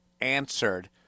answered